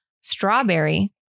strawberry